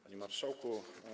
Panie Marszałku!